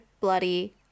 bloody